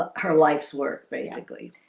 ah her life's work. basically,